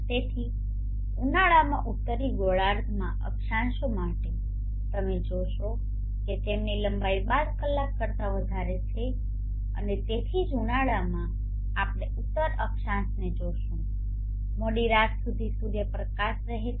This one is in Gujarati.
તેથી ઉનાળામાં ઉત્તરી ગોળાર્ધમાં અક્ષાંશો માટે તમે જોશો કે તેમની લંબાઈ 12 કલાક કરતા વધારે છે અને તેથી જ ઉનાળામાં આપણે ઉત્તર અક્ષાંશને જોશું મોડી રાત સુધી સૂર્યપ્રકાશ રહેશે